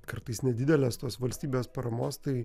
kartais nedidelės tos valstybės paramos tai